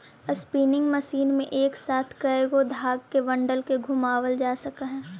spinning machine में एक साथ कएगो धाग के बंडल के घुमावाल जा सकऽ हई